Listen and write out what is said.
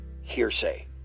hearsay